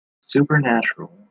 Supernatural